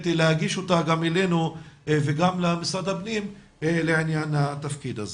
להגיש אותה גם אלינו וגם למשרד הפנים לעניין התפקיד הזה.